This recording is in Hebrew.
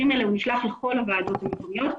הוא נשלח לכל הוועדות המקומיות.